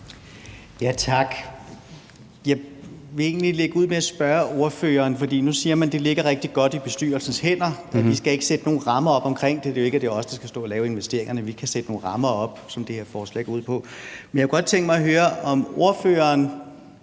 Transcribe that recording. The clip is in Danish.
SF. Værsgo. Kl. 15:28 Rasmus Nordqvist (SF): Tak. Nu siger man, at det ligger rigtig godt i bestyrelsens hænder, og at vi ikke skal sætte nogen rammer op omkring det; det er jo ikke, at det er os, der skal stå og lave investeringerne, men vi kan sætte nogle rammer op, hvilket det her forslag går ud på. Men jeg kunne godt tænke mig at høre, om ordføreren